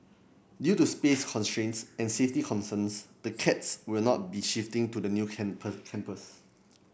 due to space constraints and safety concerns the cats will not be shifting to the new campus